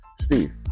Steve